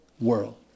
world